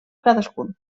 cadascun